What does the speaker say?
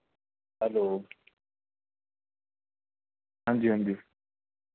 hello हांजी हांजी